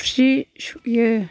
थोरसि सुयो